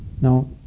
Now